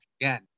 again